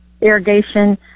irrigation